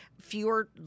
Fewer